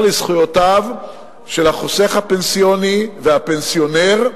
לזכויותיו של החוסך הפנסיוני והפנסיונר,